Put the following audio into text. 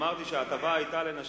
אמרתי שההטבה היתה לנשים.